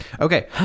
okay